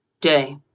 day